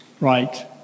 Right